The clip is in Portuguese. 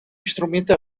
instrumento